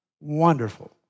wonderful